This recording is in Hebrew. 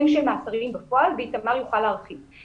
הן של מאסרים בפועל ואיתמר יוכל להרחיב על כך.